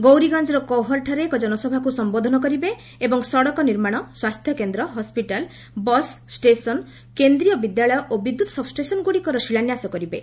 ଗୌରିଗଞ୍ଚ କୌହରଠାରେ ଏକ ଜନସଭାକୁ ସମ୍ବୋଧନ କରିବେ ଏବଂ ସଡ଼କ ନିର୍ମାଣ ସ୍ୱାସ୍ଥ୍ୟକେନ୍ଦ୍ର ହସ୍କିଟାଲ୍ ବସ୍ ଷ୍ଟେସନ୍ କେନ୍ଦ୍ରୀୟ ବିଦ୍ୟାଳୟ ଓ ବିଦ୍ୟୁତ୍ ସବ୍ଷ୍ଟେସନ୍ଗୁଡ଼ିକର ଶିଳାନ୍ୟାସ କରିବେ